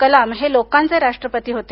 कलाम हे लोकांचे राष्ट्रपती होते